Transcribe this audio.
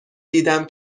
دیدم